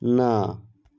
ନା